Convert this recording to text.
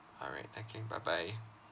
all right thank you bye bye